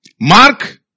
Mark